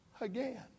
again